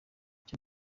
cyo